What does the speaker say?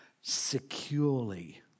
securely